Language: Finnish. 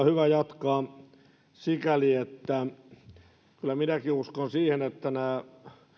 hyvä jatkaa sikäli että kyllä minäkin uskon siihen että nämä